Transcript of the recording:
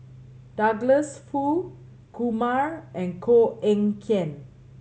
Douglas Foo Kumar and Koh Eng Kian